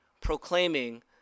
proclaiming